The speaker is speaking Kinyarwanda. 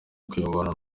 kuyobora